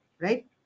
Right